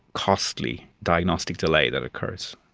costly diagnostic delay that occurs.